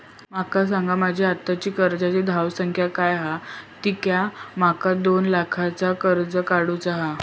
माका सांगा माझी आत्ताची कर्जाची धावसंख्या काय हा कित्या माका दोन लाखाचा कर्ज काढू चा हा?